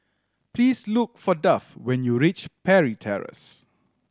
please look for Duff when you reach Parry Terrace